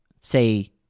say